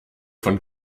von